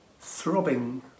throbbing